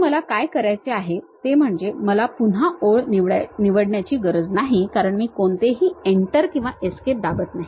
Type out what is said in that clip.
तर मला काय करायचे आहे ते म्हणजे मला पुन्हा ओळ निवडण्याची गरज नाही कारण मी कोणतेही Enter किंवा Escape बटण दाबले नाही